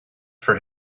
for